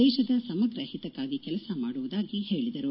ದೇಶದ ಸಮಗ್ರ ಹಿತಕ್ಕಾಗಿ ಕೆಲಸ ಮಾಡುವುದಾಗಿ ಹೇಳಿದರು